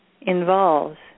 involves